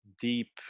deep